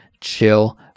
chill